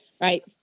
right